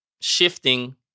shifting